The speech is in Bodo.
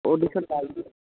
अडिसन लादो